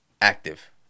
active